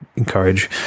encourage